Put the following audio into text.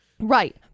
Right